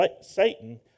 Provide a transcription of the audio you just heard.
Satan